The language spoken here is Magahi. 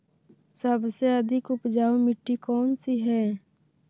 सबसे अधिक उपजाऊ मिट्टी कौन सी हैं?